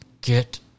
Get